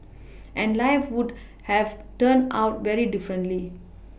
and life would have turned out very differently